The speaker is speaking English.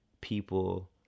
people